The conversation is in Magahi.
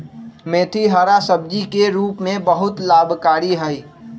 मेथी हरा सब्जी के रूप में बहुत लाभकारी हई